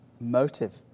motive